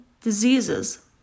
diseases